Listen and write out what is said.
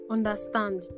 Understand